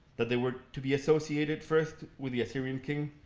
that they were to be associated first with the assyrian king,